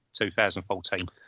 2014